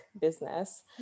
business